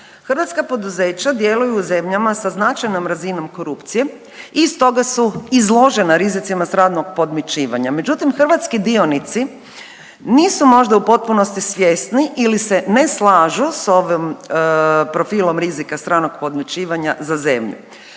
hrvatska poduzeća djeluju u zemljama sa značajnom razinom korupcije i stoga su izložena rizicima stalnog podmićivanja, međutim hrvatski dionici nisu možda u potpunosti svjesni ili se ne slažu sa ovim profilom rizika stranog podmićivanja za zemlju.